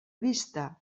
vista